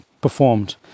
performed